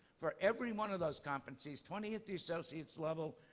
for every one of those competencies, twenty associate's level,